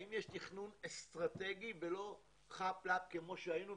האם יש תכנון אסטרטגי ולא "חאפ-לאפ" כמו שראינו,